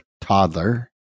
toddler